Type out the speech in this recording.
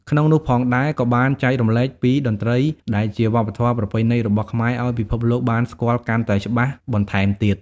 ក្នុងនោះផងដែរក៏បានចែករំលែកពីតន្រ្តីដែលជាវប្បធម៌ប្រពៃណីរបស់ខ្មែរឲ្យពិភពលោកបានស្គាល់កាន់តែច្បាស់បន្ថែមទៀត។